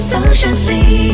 Socially